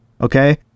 Okay